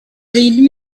read